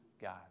God